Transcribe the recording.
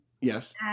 Yes